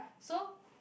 so